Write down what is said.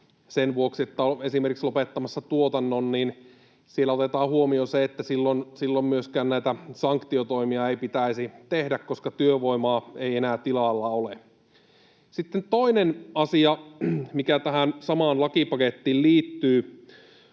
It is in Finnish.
sen vuoksi, että on esimerkiksi lopettamassa tuotannon, niin siellä otetaan huomioon se, että silloin myöskään näitä sanktiotoimia ei pitäisi tehdä, koska työvoimaa ei enää tilalla ole. Sitten toinen asia, mikä tähän samaan lakipakettiin liittyy,